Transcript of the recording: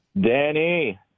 Danny